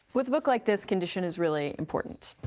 with a book like this, condition is really important.